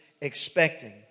expecting